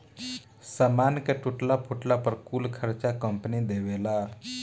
सामान के टूटला फूटला पर कुल खर्चा कंपनी देवेला